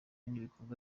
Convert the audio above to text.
n’ibikorwa